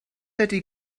ydy